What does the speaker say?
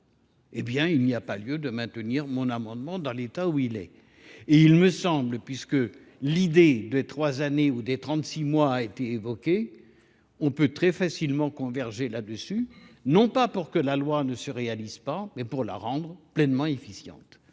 eh bien, il n'y a pas lieu de maintenir mon amendement dans l'État où il est. Et il me semble, puisque l'idée des trois années ou des 36 mois a été évoquée, on peut très facilement converger là-dessus, non pas pour que la loi ne se réalise pas, mais pour la rendre pleinement efficiente.